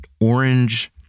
orange